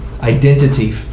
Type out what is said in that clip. identity